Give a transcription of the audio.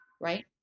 right